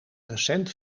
recent